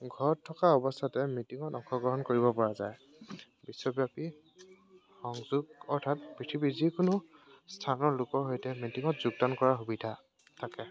ঘৰত থকা অৱস্থাতে মিটিঙত অংশগ্ৰহণ কৰিব পৰা যায় বিশ্বব্যাপী সংযোগ অৰ্থাৎ পৃথিৱীৰ যিকোনো স্থানৰ লোকৰ সৈতে মিটিঙত যোগদান কৰাৰ সুবিধা থাকে